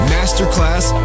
Masterclass